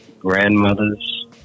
grandmothers